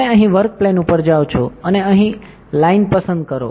તમે અહીં work plane ઉપર જાઓ છો અને અહીં લાઈન પસંદ કરો